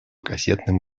кассетным